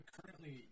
Currently